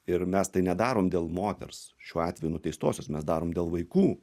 ir mes tai nedarom dėl moters šiuo atveju nuteistosios mes darom dėl vaikų